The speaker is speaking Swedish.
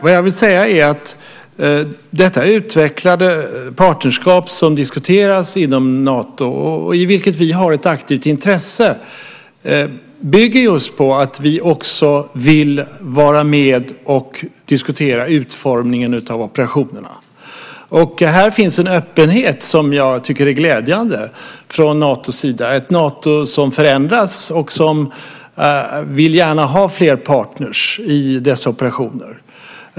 Vad jag vill säga är att detta utvecklade partnerskap som diskuteras inom Nato, och i vilket vi har ett aktivt intresse, bygger just på att vi också vill vara med och diskutera utformningen av operationerna. Här finns en öppenhet som jag tycker är glädjande från Natos sida. Det är ett Nato som förändras och som gärna vill har fler partner i dessa operationer.